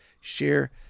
share